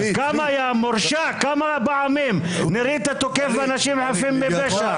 יא מורשע, כמה פעמים נראית תוקף אנשים חפים מפשע?